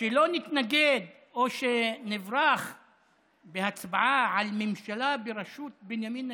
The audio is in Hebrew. שלא נתנגד או שנברח מהצבעה על ממשלה בראשות בנימין נתניהו,